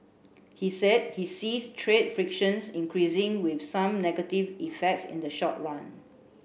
he said he sees trade frictions increasing with some negative effects in the short run